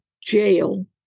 jail